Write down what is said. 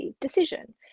decision